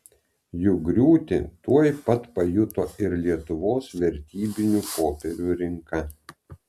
jų griūtį tuoj pat pajuto ir lietuvos vertybinių popierių rinka